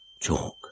chalk